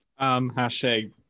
Hashtag